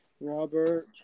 Robert